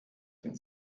den